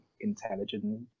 intelligent